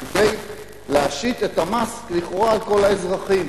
כדי להשית את המס, לכאורה, על כל האזרחים.